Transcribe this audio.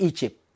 Egypt